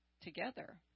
together